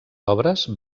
obres